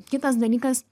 kitas dalykas